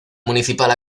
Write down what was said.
municipal